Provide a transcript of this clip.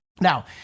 Now